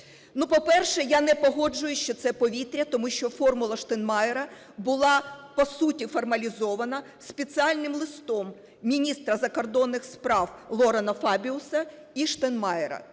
є? По-перше, я не погоджуюся, що це повітря, тому що "формула Штайнмайєра" була по суті формалізована спеціальним листом міністра закордонних справ Лорана Фабіуса і Штайнмайєра,